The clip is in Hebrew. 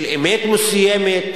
של אמת מסוימת,